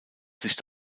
sich